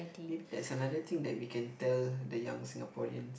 maybe that's another thing that we can tell the young Singaporeans